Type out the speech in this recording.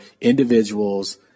individuals